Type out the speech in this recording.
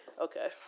Okay